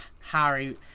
Harry